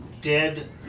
dead